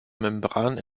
membran